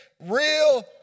real